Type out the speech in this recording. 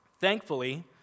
Thankfully